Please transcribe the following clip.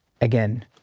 Again